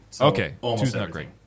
Okay